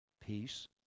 Peace